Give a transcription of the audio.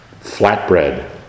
flatbread